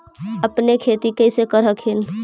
अपने खेती कैसे कर हखिन?